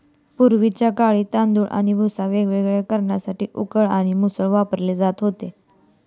पूर्वीच्या काळी तांदूळ आणि भुसा वेगवेगळे करण्यासाठी उखळ आणि मुसळ वापरले जात होते